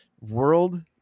world